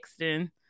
texting